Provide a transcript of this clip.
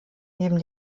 neben